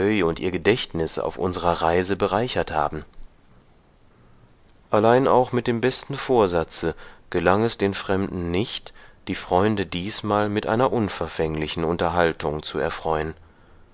und ihr gedächtnis auf unserer reise bereichert haben allein auch mit dem besten vorsatze gelang es den fremden nicht die freunde diesmal mit einer unverfänglichen unterhaltung zu erfreuen